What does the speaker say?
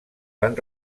van